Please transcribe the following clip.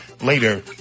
later